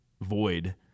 void